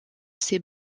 ces